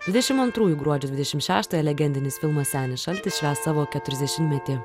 dvidešim antrųjų gruodžio dvidešim šeštąją legendinis filmas senis šaltis švęs savo keturiasdešimtmetį